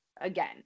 again